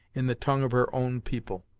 in the tongue of her own people.